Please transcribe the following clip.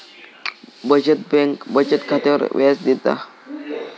बचत बँक बचत खात्यावर व्याज देता